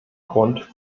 grund